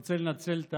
אני רוצה לנצל את